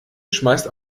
schmeißt